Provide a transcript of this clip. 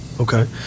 Okay